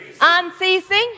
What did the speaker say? unceasing